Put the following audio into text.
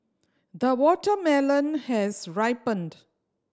the watermelon has ripened